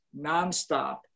nonstop